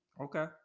Okay